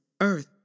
Earth